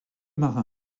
marin